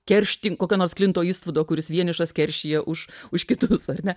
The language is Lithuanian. keršti kokio nors klinto istvudo kuris vienišas keršija už už kitus ar ne